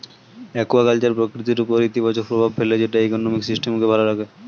aquaculture প্রকৃতির উপর ইতিবাচক প্রভাব ফেলে যেটা ইকোসিস্টেমকে ভালো রাখে